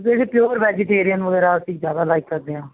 pure vegetarian ਵਗੈਰਾ ਅਸੀਂ ਜਿਆਦਾ ਲਾਈਕ ਕਰਦੇ ਆਂ